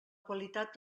qualitat